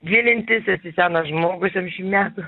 gilintis esi senas žmogus septyniasdešim metų